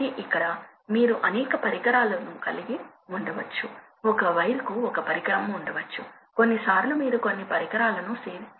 ఇప్పుడు ఏమి జరుగుతుందో చూద్దాం కాబట్టి మనం ఈ ఆపరేటింగ్ పాయింట్ ను ఎప్పటికప్పుడు మార్చాలి